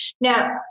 now